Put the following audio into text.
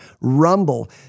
Rumble